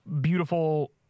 beautiful